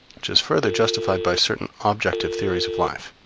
which is further justified by certain objective theories of life.